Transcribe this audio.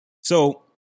So-